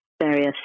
various